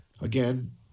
Again